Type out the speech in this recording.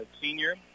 senior